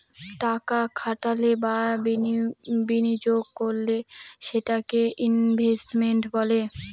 টাকা খাটালে বা বিনিয়োগ করলে সেটাকে ইনভেস্টমেন্ট বলে